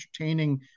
entertaining